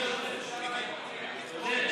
הוראת שעה) (תיקון),